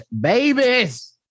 babies